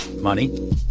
money